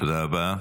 תודה רבה.